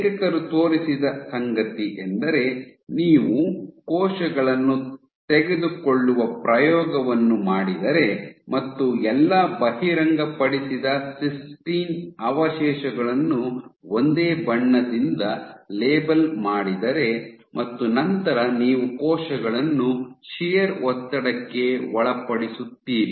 ಲೇಖಕರು ತೋರಿಸಿದ ಸಂಗತಿಯೆಂದರೆ ನೀವು ಕೋಶಗಳನ್ನು ತೆಗೆದುಕೊಳ್ಳುವ ಪ್ರಯೋಗವನ್ನು ಮಾಡಿದರೆ ಮತ್ತು ಎಲ್ಲಾ ಬಹಿರಂಗಪಡಿಸಿದ ಸಿಸ್ಟೀನ್ ಅವಶೇಷಗಳನ್ನು ಒಂದೇ ಬಣ್ಣದಿಂದ ಲೇಬಲ್ ಮಾಡಿದರೆ ಮತ್ತು ನಂತರ ನೀವು ಕೋಶಗಳನ್ನು ಶಿಯರ್ ಒತ್ತಡಕ್ಕೆ ಒಳಪಡಿಸುತ್ತೀರಿ